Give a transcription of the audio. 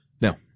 No